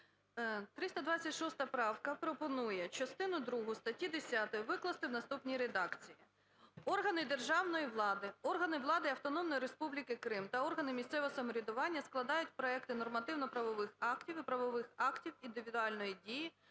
326 правка пропонує частину другу статті 10 викласти в наступній редакції: "Органи державної влади, органи влади Автономної Республіки Крим та органи місцевого самоврядування складають проекти нормативно-правових актів і правових актів індивідуальної дії